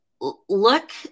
look